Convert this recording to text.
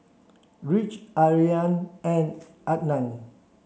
Rich Ariane and Adan